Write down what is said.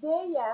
deja